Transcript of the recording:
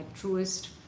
truest